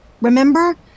Remember